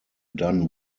done